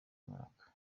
mwaka